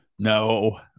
No